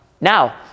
Now